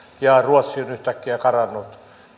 ja ruotsi on yhtäkkiä karannut